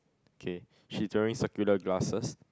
okay she tearing circular glasses